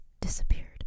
disappeared